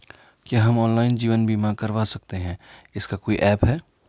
क्या हम ऑनलाइन जीवन बीमा करवा सकते हैं इसका कोई ऐप है?